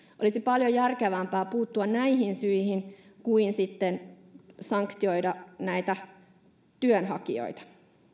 olisi paljon järkevämpää puuttua näihin syihin kuin sanktioida työnhakijoita